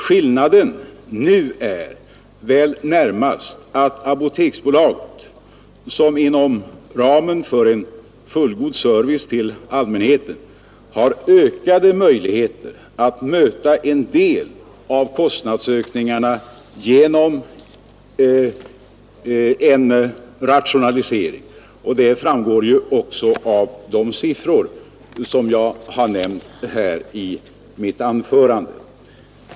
Skillnaden nu är väl närmast att Apoteksbolaget inom ramen för en fullgod service till allmänheten har ökade möjligheter att möta en del av kostnadsökningarna genom en rationalisering, och det framgår ju också av de siffror, som jag har nämnt här i mitt anförande.